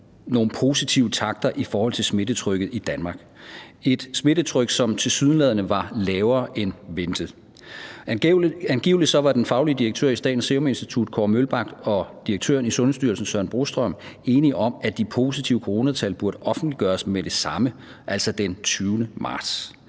nogle positive takter i forhold til smittetrykket i Danmark – et smittetryk, som tilsyneladende var lavere end ventet. Angiveligt var den faglig direktør i Statens Serum Institut, Kåre Mølbak, og direktøren i Sundhedsstyrelsen, Søren Brostrøm, enige om, at de positive coronatal burde offentliggøres med det samme, altså den 20. marts.